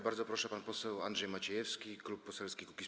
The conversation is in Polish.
Bardzo proszę, pan poseł Andrzej Maciejewski, Klub Poselski Kukiz’15.